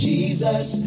Jesus